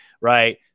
right